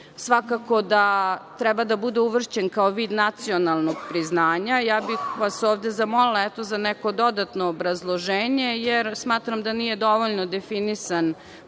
svakako da treba da bude uvršćen kao vid nacionalnog priznanja. Ja bih vas ovde zamolila, eto, za neko dodatno obrazloženje, jer smatram da nije dovoljno definisan pojam